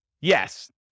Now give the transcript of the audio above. Yes